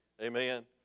Amen